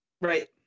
Right